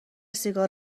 سیگار